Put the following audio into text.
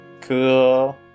Cool